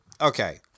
okay